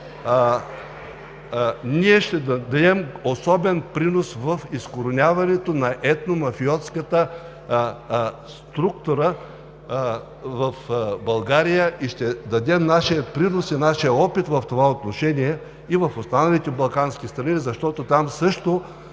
Ние ще дадем особен принос за изкореняването на етномафиотската структура в България и ще дадем нашия принос и нашия опит в това отношение и в останалите балкански страни, защото там също